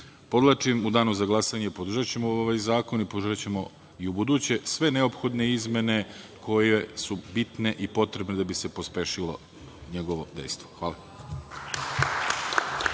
u danu za glasanje podržaćemo ovaj zakon i podržaćemo i u buduće sve neophodne izmene koje su bitne i potrebne da bi se pospešilo njegovo dejstvo. Hvala.